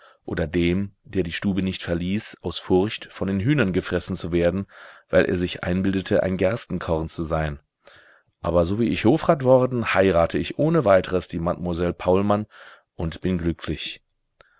oder dem der die stube nicht verließ aus furcht von den hühnern gefressen zu werden weil er sich einbildete ein gerstenkorn zu sein aber sowie ich hofrat worden heirate ich ohne weiteres die mademoiselle paulmann und bin glücklich